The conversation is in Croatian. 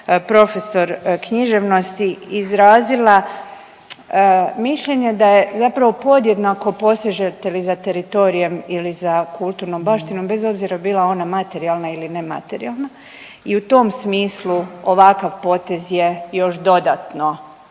profesor književnosti izrazila mišljenje da je zapravo podjednako posežete li za teritorijem ili za kulturnom baštinom, bez obzira bila ona materijalna ili nematerijalna i u tom smislu ovakav potez je još dodatno